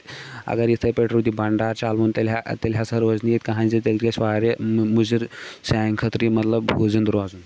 اَگر یِتھٕے پٲٹھۍ روٗد یہِ بنٛڈار چلوُن تیٚلہِ ہسا روزِ نہٕ ییٚتہِ کٔہینۍ زندٕ تیٚلہِ گژھِ واریاہ مُزِر سانہِ خٲطرٕ مطلب یہِ زنٛدٕ روزُن